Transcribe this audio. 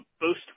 boost